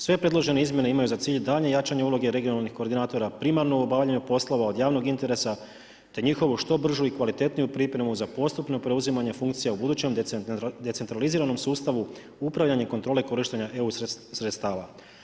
Sve predložene izmjene imaju za cilj daljnje jačanje uloge regionalnih koordinatora, primarno obavljanje poslova od javnog interesa te njihovu što bržu i kvalitetniju pripremu za postupno preuzimanje funkcija u budućem decentraliziranom sustavu upravljanja kontrole korištenja EU sredstava.